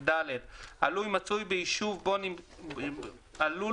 על סדר היום: הצעת תקנות המועצה לענף הלול